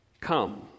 come